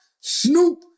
Snoop